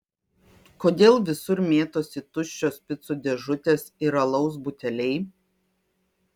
kodėl visur mėtosi tuščios picų dėžutės ir alaus buteliai